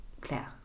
Claire